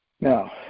Now